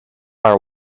are